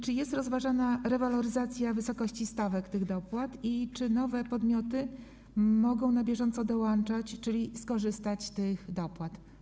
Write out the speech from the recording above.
Czy jest rozważana rewaloryzacja wysokości stawek tych dopłat i czy nowe podmioty mogą na bieżąco dołączać, czyli skorzystać z tych dopłat?